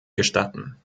gestatten